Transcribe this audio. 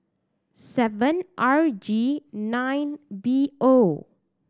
seven R G nine B O